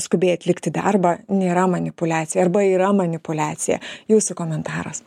skubiai atlikti darbą nėra manipuliacija arba yra manipuliacija jūsų komentaras